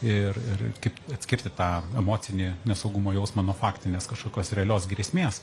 ir ir kaip atskirti tą emocinį nesaugumo jausmą nuo faktinės kažkokios realios grėsmės